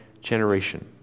generation